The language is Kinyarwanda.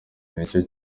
nicyo